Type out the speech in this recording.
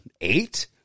eight